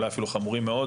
ואפילו חמורים מאוד,